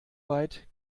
weit